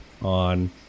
on